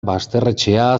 basterretxea